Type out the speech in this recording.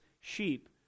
sheep